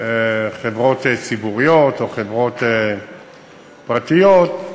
ציבוריות או חברות פרטיות,